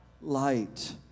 light